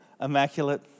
immaculate